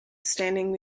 standing